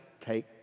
take